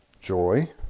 joy